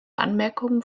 anmerkungen